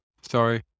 sorry